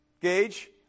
gage